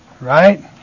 Right